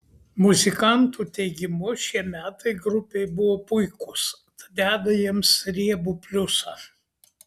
muzikantų teigimu šie metai grupei buvo puikūs tad deda jiems riebų pliusą